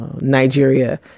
Nigeria